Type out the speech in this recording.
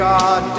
God